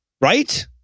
right